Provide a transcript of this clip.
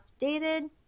updated